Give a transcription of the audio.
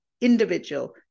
individual